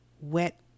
wet